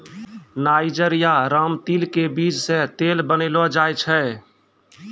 niger या रामतिल के बीज सॅ तेल बनैलो जाय छै